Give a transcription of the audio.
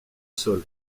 sol